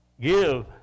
Give